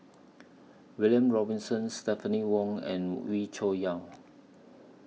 William Robinson Stephanie Wong and Wee Cho Yaw